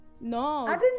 No